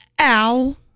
Ow